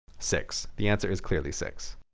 six. the answer is clearly six.